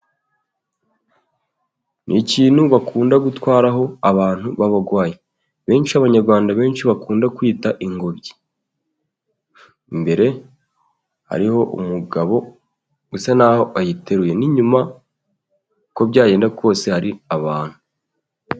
Ni ikintu bakunda gutwaraho abantu babarwayi, benshi Abanyarwanda benshi bakunda kwita ingobyi. Imbere hariho umugabo usa n'aho ayiteruye. N'inyuma uko byagenda kose hari abantu.